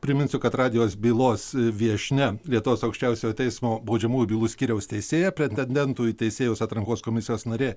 priminsiu kad radijos bylos viešnia lietuvos aukščiausiojo teismo baudžiamųjų bylų skyriaus teisėja pretendentų į teisėjus atrankos komisijos narė